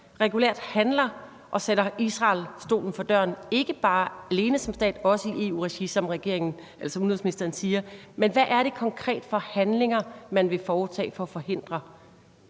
regulært handler og sætter Israel stolen for døren, ikke bare alene som stat, men også i EU-regi, som regeringen, altså udenrigsministeren, siger. Men hvad er det konkret for handlinger, man vil foretage for at forhindre